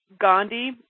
Gandhi